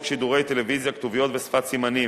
שידורי טלוויזיה (כתוביות ושפת סימנים),